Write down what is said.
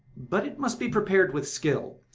but it must be prepared with skill.